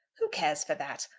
who cares for that?